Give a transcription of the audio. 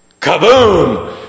Kaboom